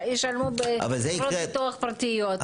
ישלמו בחברות ביטוח פרטיות.